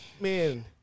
Man